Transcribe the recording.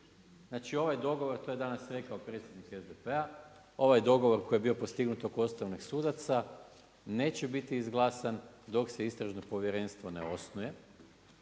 Znači ovaj dogovor, to je danas rekao predsjednik SDP-a ovaj dogovor koji je bio postignut oko ustavnih sudaca neće biti izglasan dok se istražno povjerenstvo ne osnuje,